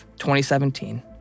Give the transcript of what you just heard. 2017